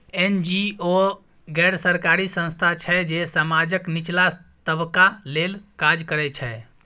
NGO गैर सरकारी संस्था छै जे समाजक निचला तबका लेल काज करय छै